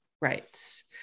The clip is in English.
Right